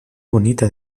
bonita